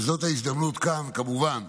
וזאת ההזדמנות כאן, כמובן,